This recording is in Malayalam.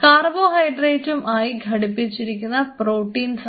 കാർബോഹൈഡ്രേറ്റും ആയി ഘടിപ്പിച്ചിരിക്കുന്ന പ്രോട്ടീൻസ് ആണ്